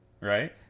Right